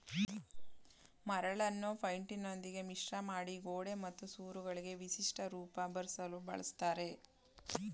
ಮರಳನ್ನು ಪೈಂಟಿನೊಂದಿಗೆ ಮಿಶ್ರಮಾಡಿ ಗೋಡೆ ಮತ್ತು ಸೂರುಗಳಿಗೆ ವಿಶಿಷ್ಟ ರೂಪ ಬರ್ಸಲು ಬಳುಸ್ತರೆ